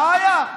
בעיה.